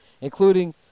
Including